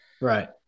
right